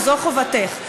זו חובתך.